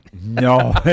no